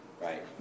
Right